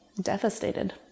devastated